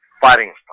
fighting